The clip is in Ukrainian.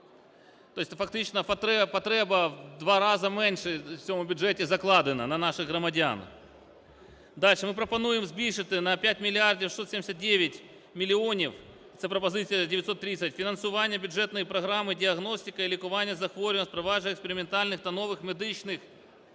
тобто фактично потреба в два рази менша в цьому бюджеті закладена на наших громадян. Далі ми пропонуємо збільшити на 5 мільярдів 679 мільйонів (це пропозиція 930) фінансування бюджетної програми "Діагностика і лікування захворювань з впровадженням експериментальних та нових медичних